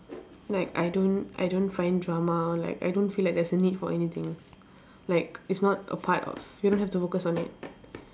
like I don't I don't find drama like I don't feel like there is a need for anything like it's not a part of you don't have to focus on it